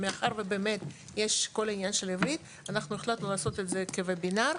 ומאחר ויש את כל עניין העברית אנחנו החלטנו לעשות את זה כוובינר,